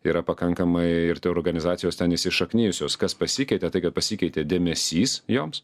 yra pakankamai ir tai organizacijos ten įsišaknijusios kas pasikeitė tai kad pasikeitė dėmesys joms